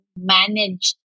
manage